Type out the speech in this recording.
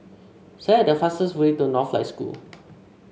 select the fastest way to Northlight School